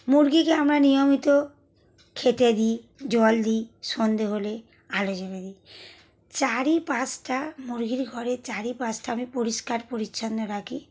মুরগিকে আমরা নিয়মিত খেতে দিই জল দিই সন্ধ্যে হলে আলো জ্বেলে দিই চারিপাশটা মুরগির ঘরের চারিপাশটা আমি পরিষ্কার পরিচ্ছন্ন রাখি